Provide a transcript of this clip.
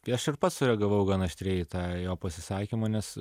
tai ir pats sureagavau gan aštriai į tą jo pasisakymą nes